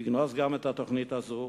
יגנוז גם את התוכנית הזו,